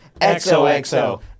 XOXO